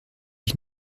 ich